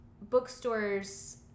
bookstores